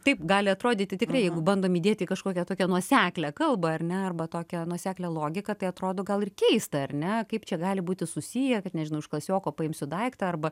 taip gali atrodyti tikrai jeigu bandom įdėt į kažkokią tokią nuoseklią kalbą ar ne arba tokią nuoseklią logiką tai atrodo gal ir keista ar ne kaip čia gali būti susiję kad nežinau iš klasioko paimsiu daiktą arba